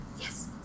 Yes